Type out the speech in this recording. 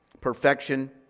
perfection